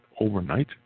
overnight